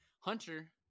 hunter